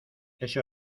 ese